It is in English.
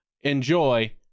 enjoy